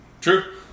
True